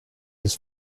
his